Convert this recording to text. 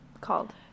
called